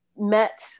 met